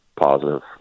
positive